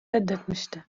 reddetmişti